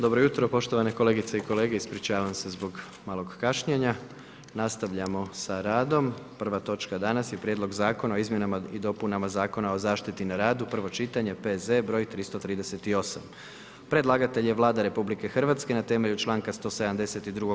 Dobro jutro poštovane kolegice i kolege, ispričavam se zbog malog kašnjenja, nastavljamo s radom, prva točka danas je: - Prijedlog Zakona o izmjenama i dopunama Zakona o zaštiti na radu, prvo čitanje, P.Z. br. 338 Predlagatelj akta je Vlada RH na temelju članka 172.